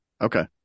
Okay